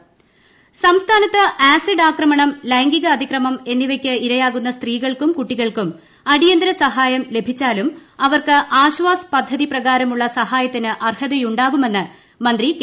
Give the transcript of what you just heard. സഭ ശൈലജ സംസ്ഥാനത്ത് ആസിഡ് ആക്രമണം ലൈംഗിക അതിക്രമം എന്നിവയ്ക്ക് ഇരയാകുന്ന സ്ത്രീകൾക്കും കുട്ടികൾക്കും അടിയന്തര സഹായം ലഭിച്ചാലും അവർക്ക് ആശ്വാസ് പദ്ധതി പ്രകാരമുള്ള സഹായത്തിന് അർഹതയുണ്ടാകുമെന്ന് മന്ത്രി കെ